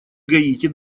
гаити